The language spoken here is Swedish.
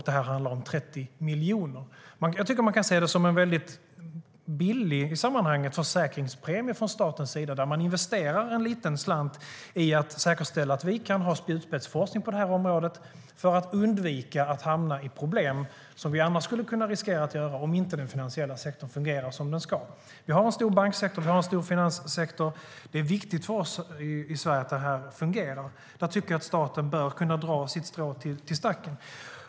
Detta handlar om 30 miljoner. Vi har en stor banksektor och en stor finanssektor. Det är viktigt för oss att de fungerar i Sverige, och där tycker jag att staten bör kunna dra sitt strå till stacken.